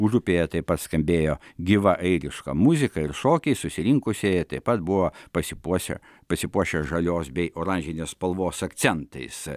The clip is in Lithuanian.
užupyje taip pat skambėjo gyva airiška muzika ir šokiai susirinkusieji taip pat buvo pasipuošę pasipuošę žalios bei oranžinės spalvos akcentais